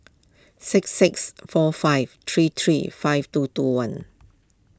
six six four five three three five two two one